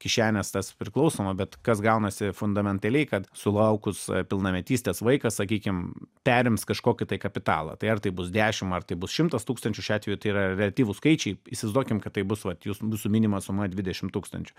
kišenės tas priklausoma bet kas gaunasi fundamentaliai kad sulaukus pilnametystės vaikas sakykim perims kažkokį tai kapitalą tai ar tai bus dešimt ar tai bus šimtas tūkstančių šiuo atveju tai yra reliatyvūs skaičiai įsivaizduokim kad tai bus vat jūsų minima suma dvidešimt tūkstančių